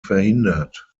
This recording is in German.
verhindert